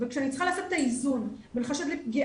אבל כשאני צריכה לעשות את האיזון בין חשד לפגיעה